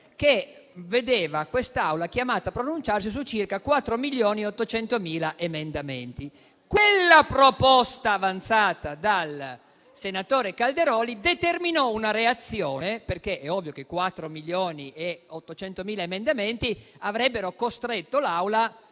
che vedeva quest'Assemblea chiamata a pronunciarsi su circa quattro milioni e ottocentomila emendamenti. Quella proposta avanzata dal senatore Calderoli determinò una reazione, perché è ovvio che quattro milioni e ottocentomila emendamenti avrebbero costretto l'Assemblea,